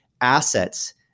assets